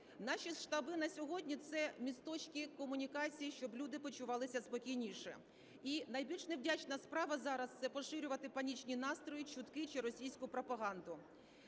Наші штаби на сьогодні – це місточки комунікацій, щоб люди почувалися спокійніше. І найбільш невдячна справа зараз – це поширювати панічні настрої чутки чи російську пропаганду.